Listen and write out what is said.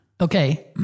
Okay